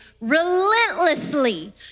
relentlessly